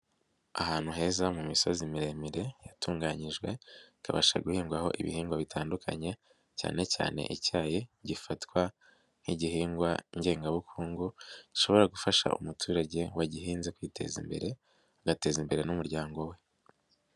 Ahantu heza mu misozi miremire yatunganyijwe, ikabasha guhingwaho ibihingwa bitandukanye, cyane cyane icyayi gifatwa nk'igihingwa ngengabukungu, gishobora gufasha umuturage wagihinze kwiteza imbere, agateza imbere n'umuryango we.